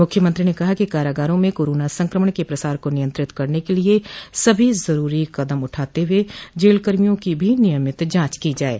मुख्यमंत्री ने कहा कि कारागारों में कोरोना संक्रमण के प्रसार को नियंत्रित करने के लिये सभी जरूरी कदम उठाते हुए जेल कर्मियों की भी नियमित जांच की जाये